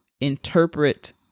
interpret